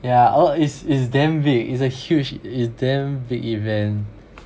yeah all is is damn big is a huge is damn big event